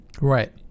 right